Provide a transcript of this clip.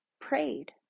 prayed